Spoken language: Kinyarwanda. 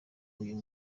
uyu